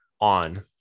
on